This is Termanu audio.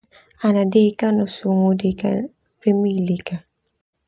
Ana sungu deka pemilik.